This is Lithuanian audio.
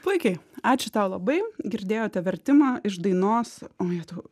puikiai ačiū tau labai girdėjote vertimą iš dainos o jetau